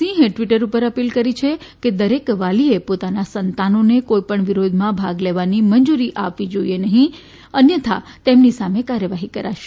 સિંહે ટ્વિટર ઉપર અપીલ કરી છે કે દરેક વાલીએ પોતાના સંતાનોને કોઈપણ વિરોધમાં ભાગ લેવાની મંજુરી આપવી જોઈએ નહીં અન્યથા તેમની સામે કાર્યવાહી કરાશે